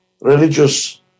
religious